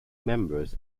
members